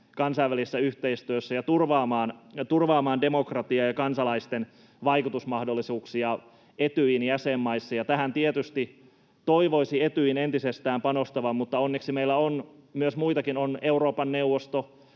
kansainvälisessä yhteistyössä ja turvaamaan demokratiaa ja kansalaisten vaikutusmahdollisuuksia Etyjin jäsenmaissa. Tähän tietysti toivoisi Etyjin entisestään panostavan, mutta onneksi meillä on muitakin, on Euroopan neuvosto,